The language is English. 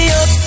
up